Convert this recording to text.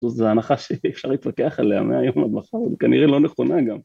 זו הנחה שאי אפשר להתווכח עליה מהיום עד מחר, וכנראה לא נכונה גם.